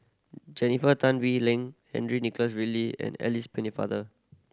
Jennifer Tan Bee Leng Henry Nicholas Ridley and Alice Pennefather